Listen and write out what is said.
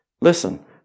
Listen